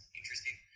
interesting